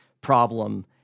problem